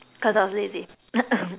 cos I was lazy